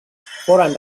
foren